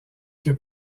que